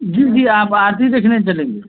जी जी आप आरती देखने चलेंगे